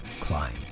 climb